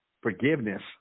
forgiveness